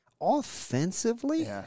offensively